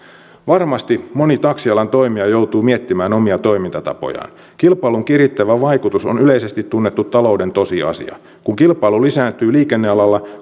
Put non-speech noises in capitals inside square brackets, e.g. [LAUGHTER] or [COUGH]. varmasti moni taksialan toimija joutuu miettimään omia toimintatapojaan kilpailun kirittävä vaikutus on yleisesti tunnettu talouden tosiasia kun kilpailu lisääntyy liikennealalla [UNINTELLIGIBLE]